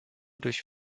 durch